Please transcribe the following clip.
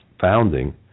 founding